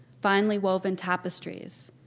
finely-woven tapestries,